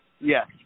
Yes